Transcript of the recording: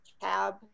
tab